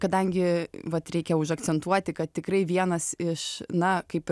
kadangi vat reikia užakcentuoti kad tikrai vienas iš na kaip